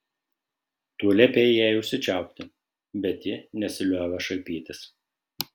tu liepei jai užsičiaupti bet ji nesiliovė šaipytis